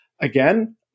Again